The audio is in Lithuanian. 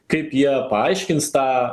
kaip jie paaiškins tą